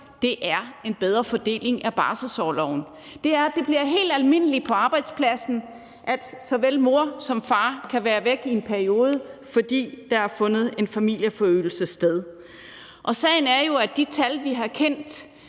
er en bedre fordeling af barselsorloven. Det er, at det bliver helt almindeligt på arbejdspladsen, at såvel mor som far kan være væk i en periode, fordi der har fundet en familieforøgelse sted. Sagen er jo, at med de tal, vi har kendt,